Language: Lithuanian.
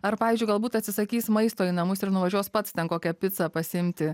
ar pavyzdžiui galbūt atsisakys maisto į namus ir nuvažiuos pats ten kokią picą pasiimti